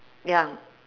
ya